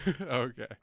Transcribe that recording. Okay